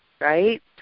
right